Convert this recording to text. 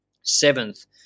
Seventh